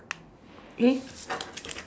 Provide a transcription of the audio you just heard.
eh